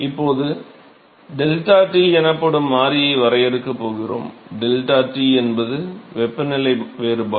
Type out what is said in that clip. இப்போது ΔT எனப்படும் மாறியை வரையறுக்கப் போகிறேன் ΔT என்பது வெப்பநிலை வேறுபாடு